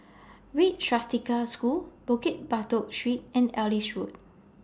Red Swastika School Bukit Batok Street and Ellis Road